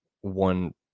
one